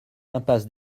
impasse